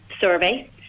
survey